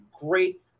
great